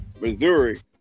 Missouri